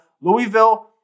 Louisville